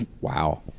Wow